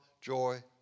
joy